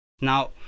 Now